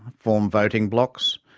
form voting blocs,